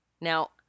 Now